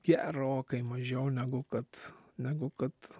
gerokai mažiau negu kad negu kad